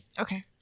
Okay